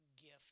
gift